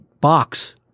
box